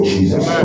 Jesus